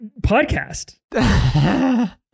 podcast